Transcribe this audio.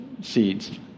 seeds